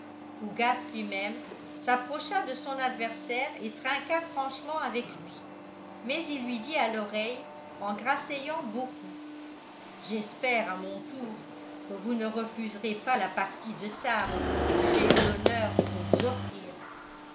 lui-même s'approcha de son adversaire et trinqua franchement avec lui mais il lui dit à l'oreille en grasseyant beaucoup j'espère à mon tour que vous ne refuserez pas la partie de sabre que j'ai eu l'honneur de vous offrir